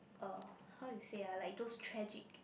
uh how you say ah like those tragic